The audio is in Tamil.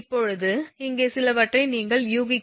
இப்போது இங்கே சிலவற்றை நீங்கள் யூகிக்க வேண்டும்